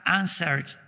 answered